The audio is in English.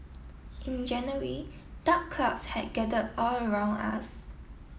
in January dark clouds had gathered all around us